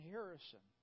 Harrison